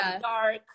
dark